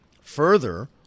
Further